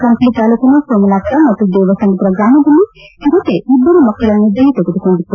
ಕಂಪ್ಲಿ ತಾಲ್ಲೂಕಿನ ಸೋಮಲಾಪುರ ಮತ್ತು ದೇವಸಮುದ್ರ ಗ್ರಮದಲ್ಲಿ ಚರತೆ ಇಬ್ಬರು ಮಕ್ಕಳನ್ನು ಬಲಿ ತೆಗೆದುಕೊಂಡಿತ್ತು